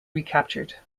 recaptured